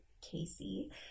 Casey